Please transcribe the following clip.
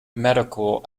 medical